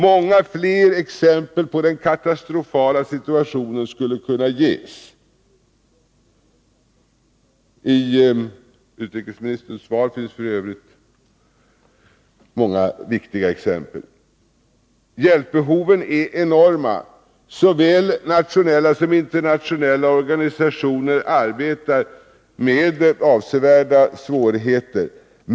Många fler exempel på den katastrofala situationen skulle kunna ges. I utrikesministerns svar finns f. ö. många viktiga exempel. Hjälpbehoven är enorma. Såväl nationella som internationella organisationer arbetar med avsevärda svårigheter.